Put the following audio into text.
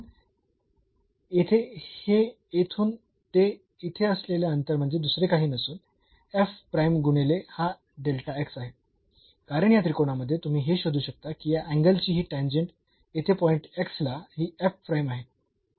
म्हणून येथे हे येथून ते इथे असलेले अंतर म्हणजे दुसरे काही नसून गुणिले हा आहे कारण या त्रिकोणामध्ये तुम्ही हे शोधू शकता की या अँगलची ही टॅन्जेंट येथे पॉईंट x ला ही आहे